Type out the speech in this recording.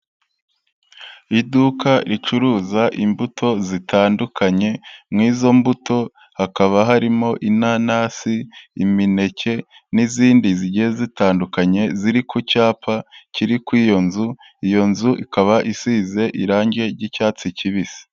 Iduka ricuruza imbuto zitandukanye, mu izo mbuto hakaba harimo inanasi, imineke n'izindi zigiye zitandukanye ziri ku cyapa, kiri kuri iyo nzu, iyo nzu ikaba isize irange ry'icyatsi kibisi.